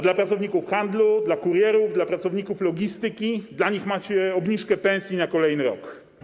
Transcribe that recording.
Dla pracowników handlu, dla kurierów, dla pracowników logistyki macie obniżkę pensji na kolejny rok.